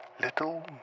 little